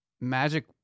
Magic –